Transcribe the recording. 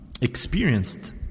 experienced